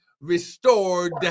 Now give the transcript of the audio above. restored